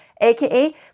aka